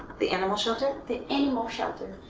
the animal shelter. the animal shelter.